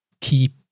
keep